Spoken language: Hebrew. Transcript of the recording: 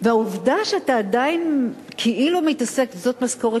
והעובדה שאתה עדיין כאילו מתעסק, זאת משכורת